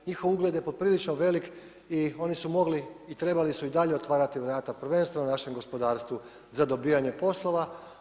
Njihov ugled je poprilično velik i oni su mogli i trebali su i dalje otvarati vrata prvenstveno našem gospodarstvu za dobivanje poslova.